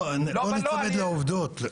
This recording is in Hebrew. בוא נצמד לעובדות.